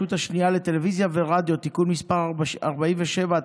השנייה לטלוויזיה ורדיו (תיקון מס' 47),